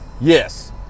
Yes